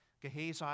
Gehazi